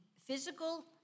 physical